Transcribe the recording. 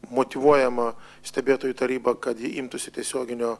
motyvuojama stebėtojų taryba kad ji imtųsi tiesioginio